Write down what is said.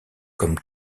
comme